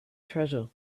treasure